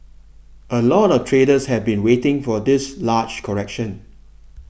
a lot of traders have been waiting for this large correction